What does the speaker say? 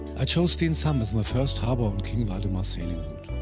i chose stenshamn as my first harbor on king valdemar's sailing